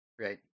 Right